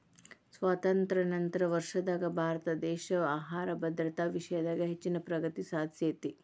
ಸ್ವಾತಂತ್ರ್ಯ ನಂತರದ ವರ್ಷದಾಗ ಭಾರತದೇಶ ಆಹಾರ ಭದ್ರತಾ ವಿಷಯದಾಗ ಹೆಚ್ಚಿನ ಪ್ರಗತಿ ಸಾಧಿಸೇತಿ